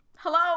Hello